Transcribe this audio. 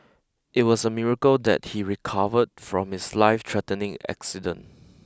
it was a miracle that he recovered from his life threatening accident